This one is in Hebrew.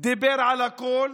דיבר על הכול,